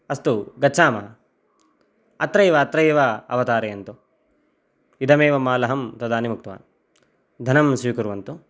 अस्तु गच्छामः अत्रैव अत्रैव अवतारयन्तु इदमेव माल् अहं तदानीमुक्तवान् धनं स्वीकुर्वन्तु